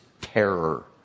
terror